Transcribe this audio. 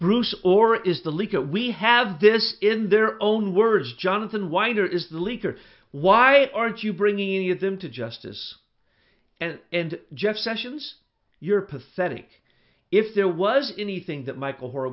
bruce or is the leaker we have this in their own words jonathan winer is the leaker why aren't you bringing any of them to justice and jeff sessions your pathetic if there was anything that michael hor